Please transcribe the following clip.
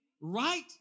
right